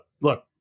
look